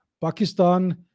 Pakistan